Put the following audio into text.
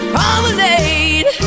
Promenade